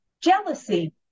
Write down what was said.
jealousy